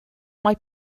mae